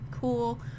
cool